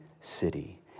city